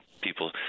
people